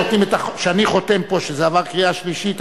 כשאני חותם פה שזה עבר קריאה שלישית,